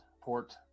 port